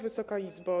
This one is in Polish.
Wysoka Izbo!